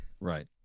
right